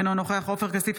אינו נוכח עופר כסיף,